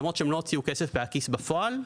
למרות שהם לא הוציאו כסף מהכיס בפועל,